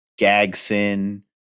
Gagson